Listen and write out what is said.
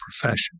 profession